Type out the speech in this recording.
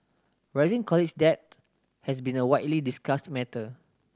rising college debt has been a widely discussed matter